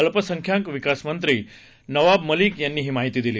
अल्पसंख्याक विकास मंत्री नवाब मलिक यांनी ही माहिती दिली